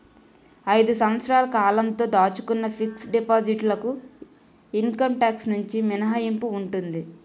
ఐదు సంవత్సరాల కాలంతో దాచుకున్న ఫిక్స్ డిపాజిట్ లకు ఇన్కమ్ టాక్స్ నుంచి మినహాయింపు ఉంటుంది